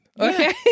Okay